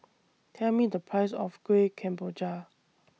Tell Me The Price of Kuih Kemboja